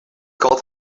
called